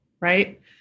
right